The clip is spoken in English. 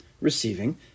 receiving